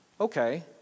Okay